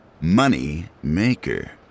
Moneymaker